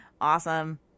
Awesome